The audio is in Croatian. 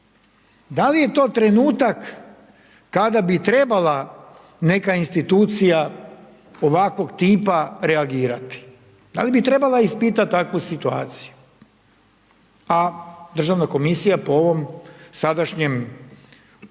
Da li je to trenutak kada bi trebala neka institucija ovakvog tipa reagirati? Da li bi trebala ispitati ovakvu situaciju? A državna komisija po ovom sadašnjem zakonu